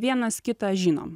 vienas kitą žinom